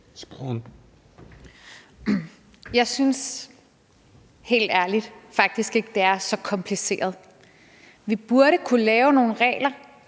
Jeg synes faktisk helt ærligt ikke, det er så kompliceret. Vi burde kunne lave nogle regler,